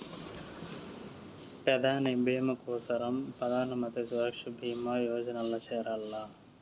పెదాని బీమా కోసరం ప్రధానమంత్రి సురక్ష బీమా యోజనల్ల చేరాల్ల